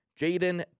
Jaden